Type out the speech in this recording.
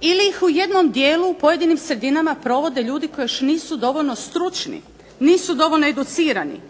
ili ih u jednom dijelu pojedinim sredinama provede ljudi koji još nisu dovoljno stručni, nisu dovoljno educirani.